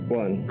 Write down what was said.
one